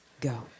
go